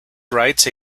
writes